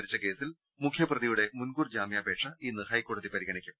മരിച്ച കേസിൽ മുഖ്യ പ്രതിയുടെ മുൻകൂർ ജാമ്യാപേക്ഷ ഇന്ന് ഹൈക്കോടതി പരിഗണിക്കും